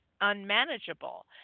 unmanageable